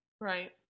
right